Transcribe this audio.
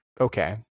okay